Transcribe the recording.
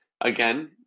again